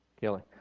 Kelly